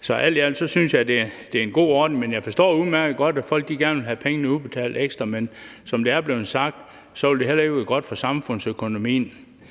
Så alt i alt synes jeg, det er en god ordning, men jeg forstår udmærket godt, at folk gerne vil have pengene udbetalt ekstra. Men som det er blevet sagt, vil det ikke være godt for samfundsøkonomien,